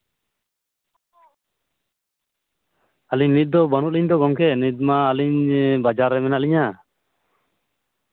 ᱟᱹᱞᱤᱧ ᱱᱤᱛ ᱫᱚ ᱵᱟᱹᱱᱩᱜ ᱞᱤᱧ ᱫᱚ ᱜᱚᱢᱠᱮ ᱱᱤᱛ ᱢᱟ ᱟᱹᱞᱤᱧ ᱵᱟᱡᱟᱨ ᱨᱮ ᱢᱮᱱᱟᱜ ᱞᱤᱧᱟᱹ